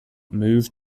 moved